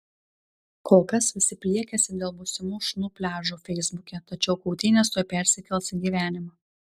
kol kas visi pliekiasi dėl būsimų šunų pliažų feisbuke tačiau kautynės tuoj persikels į gyvenimą